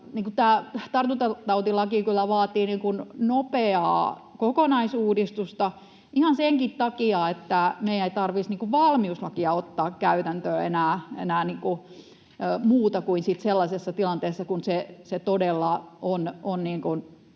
tartuntatautilaki kyllä vaatii nopeaa kokonaisuudistusta ihan senkin takia, että meidän ei tarvitsisi enää valmiuslakia ottaa käytäntöön, muuta kuin sitten sellaisessa tilanteessa, kun se todella on